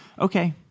okay